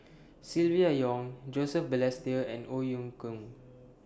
Silvia Yong Joseph Balestier and Ong Ye Kung